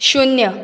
शुन्य